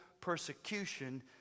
persecution